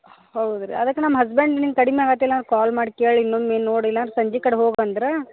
ಹೌದು ರಿ ಅದಕ್ಕೆ ನಮ್ಮ ಹಸ್ಬೆಂಡ್ ನಿನ್ಗೆ ಕಡಿಮೆ ಆಗುತಿಲ್ಲ ಕಾಲ್ ಮಾಡಿ ಕೇಳು ಇನ್ನೊಮ್ಮೆ ನೋಡು ಇಲ್ಲಾಂದ್ರೆ ಸಂಜೆ ಕಡೆ ಹೋಗಂದ್ರು